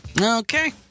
Okay